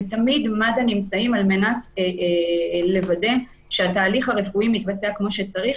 ותמיד מד"א נמצאים על מנת לוודא שהתהליך הרפואי מתבצע כמו שצריך,